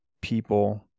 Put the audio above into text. people